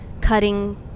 cutting